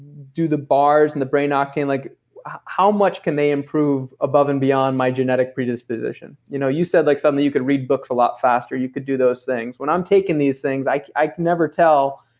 do the bars and the brain octane, like how much can they improve above and beyond my genetic predisposition? you know, you said like something you could read books a lot faster, you could do those things. when i'm taking these things, i can never tell.